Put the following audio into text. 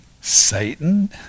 Satan